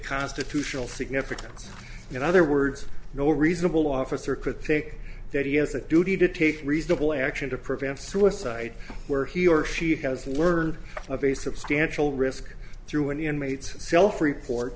constitutional significance in other words no reasonable officer could take that he has a duty to take reasonable action to prevent suicide where he or she has learned of a substantial risk through an inmate's self report